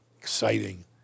exciting